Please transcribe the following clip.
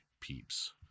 peeps